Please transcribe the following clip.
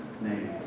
name